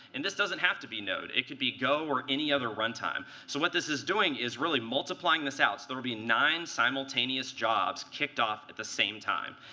and this doesn't have to be node. it could be go or any other runtime. so what this is doing is really multiplying this out. so there will be nine simultaneous jobs kicked off at the same time.